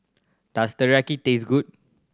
does Teriyaki taste good